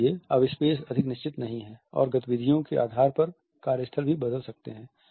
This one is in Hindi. इसलिए अब स्पेस अधिक निश्चित नहीं है और गतिविधियों के आधार पर कार्य स्थल भी बदल सकते हैं